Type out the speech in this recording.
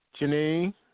Janine